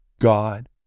god